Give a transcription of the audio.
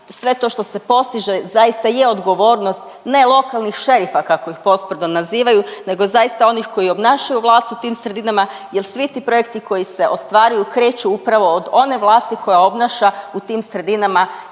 sve to što se postiže zaista je odgovornost ne lokalnih šerifa kako ih posprdno nazivaju nego zaista onih koji zaista obnašaju vlast u tim sredinama jel svi ti projekti koji se ostvaruju kreću upravo od one vlasti koja obnaša u tim sredinama